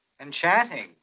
enchanting